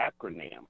acronym